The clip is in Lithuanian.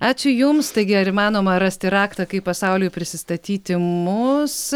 ačiū jums taigi ar įmanoma rasti raktą kaip pasauliui prisistatyti mus